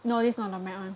no this not the matte one